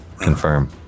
confirm